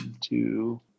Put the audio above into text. two